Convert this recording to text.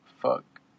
fuck